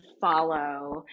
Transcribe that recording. follow